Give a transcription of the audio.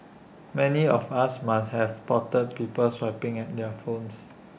many of us must have spotted people swiping at their phones